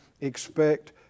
expect